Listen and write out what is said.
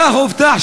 ככה הובטח,